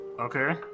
Okay